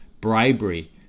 bribery